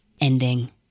ending